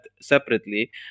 separately